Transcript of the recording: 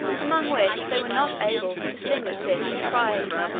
among which they were not able to distinguish this of pride,